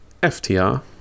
FTR